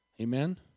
Amen